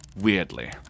weirdly